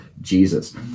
Jesus